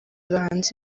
bahanze